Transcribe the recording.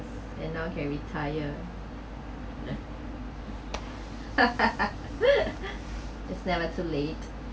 and now can retire it's never too late